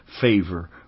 favor